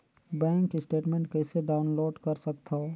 Bank statement कइसे download कर सकथव?